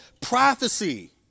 prophecy